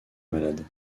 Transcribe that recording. malades